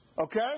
okay